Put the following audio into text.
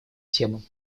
темам